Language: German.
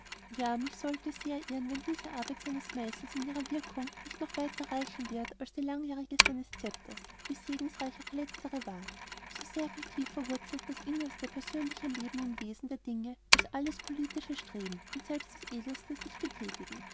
ja ich sollte mich sehr irren wenn diese kurze arbeit seines meißels in ihrer wirkung nicht noch weiter reichen wird als die langjährige seines szepters wie segensreich auch letztere war so sehr viel tiefer wurzelt das innerste persönliche leben im wesen der dinge als alles politische streben und selbst das edelste sich betätigen